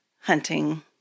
hunting